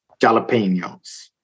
jalapenos